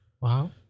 Wow